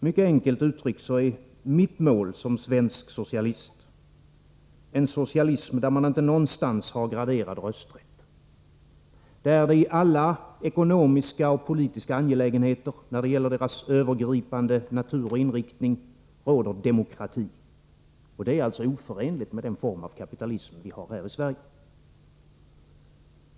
Mycket enkelt utryckt är mitt mål som svensk socialist en socialism där det inte någonstans finns graderad rösträtt, där det i alla ekonomiska och politiska angelägenheter av övergripande natur och inriktning råder demokrati. Detta är alltså oförenligt med den form av kapitalism vi har i Sverige.